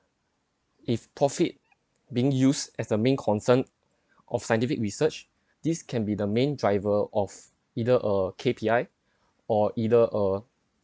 if profit being used as a main concern of scientific research this can be the main driver of either a K_P_I or either a